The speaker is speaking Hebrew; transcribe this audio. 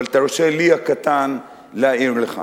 אבל תרשה לי הקטן להעיר לך.